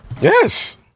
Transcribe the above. Yes